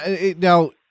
Now